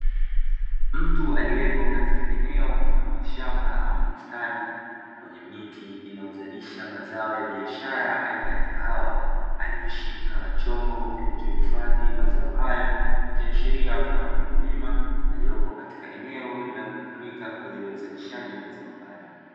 Mtu aliyepo katika eneo mfano wa shamba au bustani, kwenye miti inayozalisha mazao ya biashara aina ya kahawa, aliyeshika chombo kilichohifadhi mazao hayo, ikiashiria ni mkulima aliyepo katika eneo linalotumika kwa ajili ya uzalishaji wa mazao hayo.